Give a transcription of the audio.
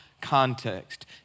context